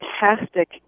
fantastic